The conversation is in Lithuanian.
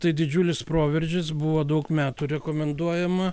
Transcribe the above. tai didžiulis proveržis buvo daug metų rekomenduojama